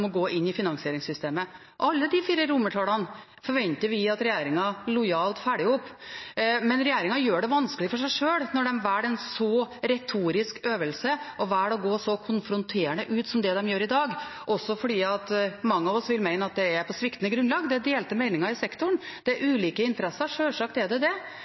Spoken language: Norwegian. å gå inn i finansieringssystemet. Alle de fire romertallene forventer vi at regjeringen lojalt følger opp. Men regjeringen gjør det vanskelig for seg sjøl når de velger en så retorisk øvelse og velger å gå så konfronterende ut som det de gjør i dag, også fordi mange av oss vil mene at det er på sviktende grunnlag. Det er delte meninger i sektoren, det er ulike interesser – sjølsagt er det det